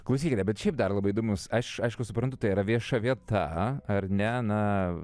klausykite bet šiaip dar labai įdomus aš aišku suprantu tai yra vieša vieta ar ne na